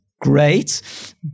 great